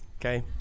okay